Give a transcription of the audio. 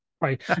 Right